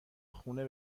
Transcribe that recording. خونه